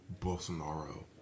Bolsonaro